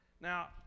now